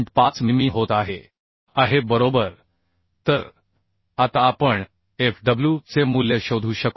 5 मिमी होत आहे आहे बरोबर तर आता आपण Fw चे मूल्य शोधू शकतो